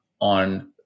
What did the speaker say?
on